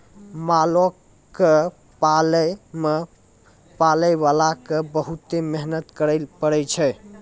मालो क पालै मे पालैबाला क बहुते मेहनत करैले पड़ै छै